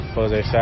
Jose